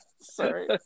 sorry